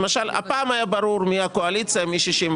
למשל, הפעם היה ברור מי הקואליציה, מ-64.